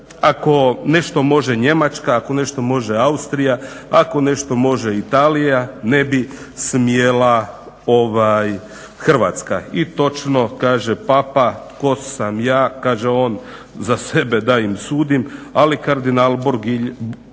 ako nešto može Njemačka, ako nešto može Austrija, ako nešto može Italija, ne bi smjela Hrvatska. I točno kaže papa tko sam ja, kaže on za sebe, da im sudim ali kardinal Bergoglio,